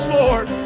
Lord